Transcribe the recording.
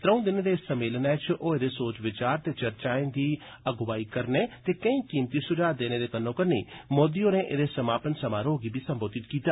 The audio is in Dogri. त्रऊं दिनें दे इस सम्मेलनै च होए दे सोच विचार ते चर्चाए दी अगुवाई करने ते कोई कीमती सुझाव देने दे कन्नोकन्नी मोदी होरें एदे समापन समारोह गी बी संबोधित कीता